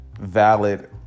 valid